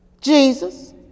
Jesus